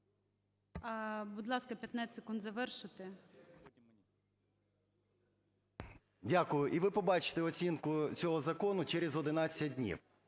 Дякую. І ви побачите оцінку цього закону через 11 днів.